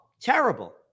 terrible